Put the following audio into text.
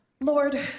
Lord